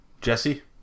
Jesse